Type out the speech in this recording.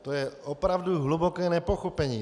To je opravdu hluboké nepochopení.